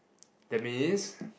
that means